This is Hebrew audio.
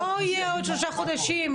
לא יהיה עוד שלושה חודשים.